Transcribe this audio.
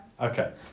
Okay